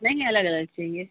नहीं अलग अलग चाहिए